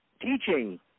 teaching